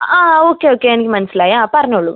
ആ okay okay എനിക്ക് മനസ്സിലായി ആ പറഞ്ഞോളു